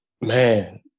man